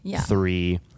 three